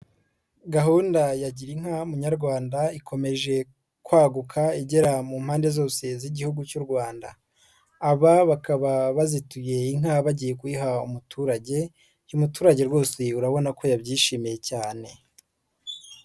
Gahunda ya gira inka munyarwanda ikomeje kwaguka igera mu mpande zose z'Igihugu cy'u Rwanda, aba bakaba bazituye inka bagiye kuyiha umuturage, uyu muturage rwose urabona ko yabyishimiye cyane.